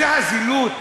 זה הזילות?